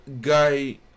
guy